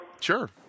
Sure